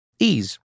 ease